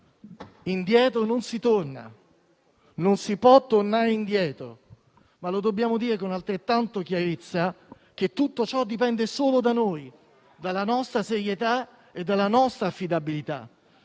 indietro non si torna. Non si può tornare indietro. Dobbiamo, però, dire, con altrettanta chiarezza, che tutto ciò dipende solo da noi, dalla nostra serietà e dalla nostra affidabilità.